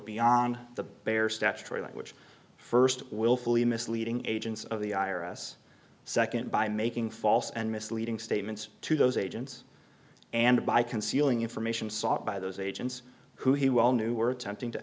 beyond the bare statutory language first willfully misleading agents of the i r s second by making false and misleading statements to those agents and by concealing information sought by those agents who he well